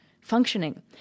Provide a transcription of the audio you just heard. functioning